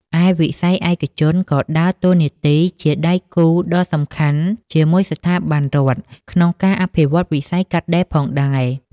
ឯវិស័យឯកជនក៏ដើរតួនាទីជាដៃគូដ៏សំខាន់ជាមួយស្ថាប័នរដ្ឋក្នុងការអភិវឌ្ឍវិស័យកាត់ដេរផងដែរ។